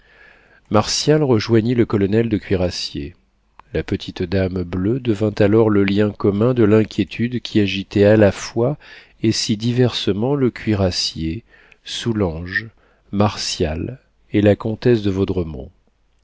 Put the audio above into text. martial rejoignit le colonel de cuirassiers la petite dame bleue devint alors le lien commun de l'inquiétude qui agitait à la fois et si diversement le cuirassier soulanges martial et la comtesse de